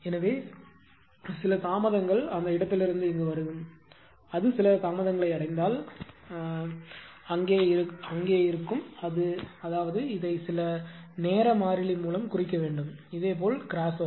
எனவே சில தாமதங்கள் அந்த இடத்திலிருந்து இங்கு வரும் அது சில தாமதங்களை அடைந்தால் அங்கே இருக்கும் அதாவது இதை சில நேர மாறிலி மூலம் குறிக்க வேண்டும் இதேபோல் கிரஸோவர்